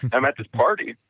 i'm at this party,